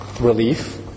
relief